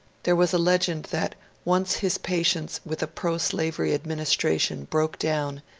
there was a legend that once his patience with a proslavery administration broke down,